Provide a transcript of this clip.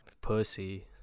pussy